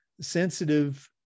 sensitive